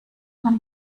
man